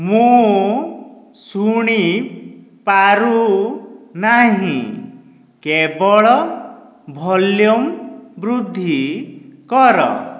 ମୁଁ ଶୁଣିପାରୁନାହିଁ କେବଳ ଭଲ୍ୟୁମ୍ ବୃଦ୍ଧି କର